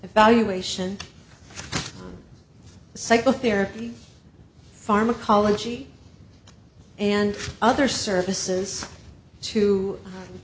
evaluation psychotherapy pharmacology and other services to